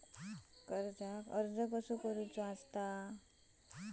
कर्जाक अर्ज कसो करूचो?